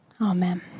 Amen